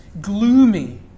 gloomy